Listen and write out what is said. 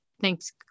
thanks